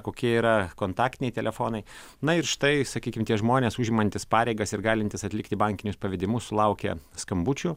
kokie yra kontaktiniai telefonai na ir štai sakykim tie žmonės užimantys pareigas ir galintys atlikti bankinius pavedimus sulaukia skambučių